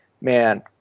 man